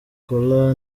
cola